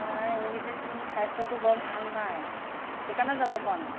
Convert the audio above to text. নাই এইকেইদিন স্বাস্থ্যটো বৰ ভাল নাই সেইকাণে যাব পৰা নাই